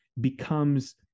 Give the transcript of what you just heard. becomes